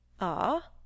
Ah